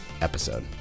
episode